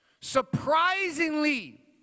Surprisingly